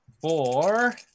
Four